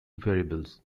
variables